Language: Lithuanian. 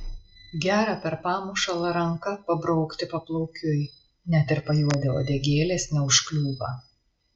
gera per pamušalą ranka pabraukti paplaukiui net ir pajuodę uodegėlės neužkliūva